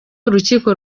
urukiko